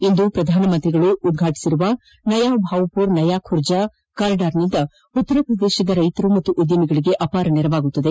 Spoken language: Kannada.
ಇಂದು ಪ್ರಧಾನಮಂತ್ರಿಗಳು ಉದ್ವಾಟಿಸಿರುವ ನಯಾಬಾವ್ಪುರ್ ನಯಾ ಖುರ್ಜ ಕಾರಿಡಾರ್ನಿಂದ ಉತ್ತರ ಪ್ರದೇಶದ ರೈತರು ಮತ್ತು ಉದ್ಯಮಿಗಳಿಗೆ ಅಪಾರ ನೆರವಾಗಲಿದೆ